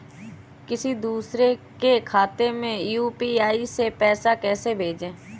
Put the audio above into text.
किसी दूसरे के खाते में यू.पी.आई से पैसा कैसे भेजें?